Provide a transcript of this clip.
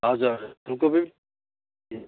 हजुर हजुर फुलकोपी